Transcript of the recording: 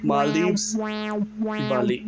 Maldives Bali